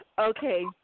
Okay